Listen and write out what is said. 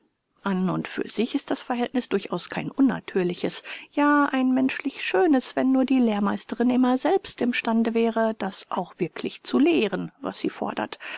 an und für sich ist das verhältniß durchaus kein unnatürliches ja ein menschlich schönes wenn nur die lehrmeisterin immer selbst im stande wäre das auch wirklich zu lehren was sie fordert